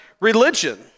religion